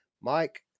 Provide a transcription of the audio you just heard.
Mike